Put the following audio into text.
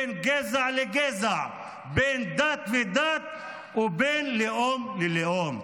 בין גזע לגזע, בין דת לדת ובין לאום ללאום.